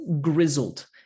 grizzled